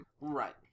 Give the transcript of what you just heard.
Right